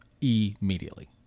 immediately